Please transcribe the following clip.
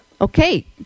Okay